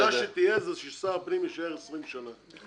היחידה שתהיה זה ששר הפנים יישאר 20 שנה.